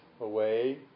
away